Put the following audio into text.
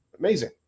Amazing